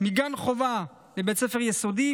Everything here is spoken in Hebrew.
מגן חובה לבית ספר יסודי,